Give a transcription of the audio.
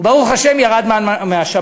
ברוך השם, ירד מן מהשמים,